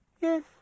Yes